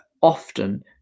often